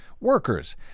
Workers